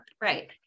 Right